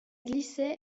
glissait